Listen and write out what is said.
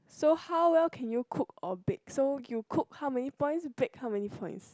so how well can you cook or bake so you cook how many points bake how many points